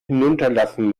hinunterlassen